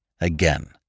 again